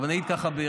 אבל אגיד ברצינות,